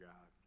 God